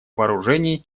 вооружений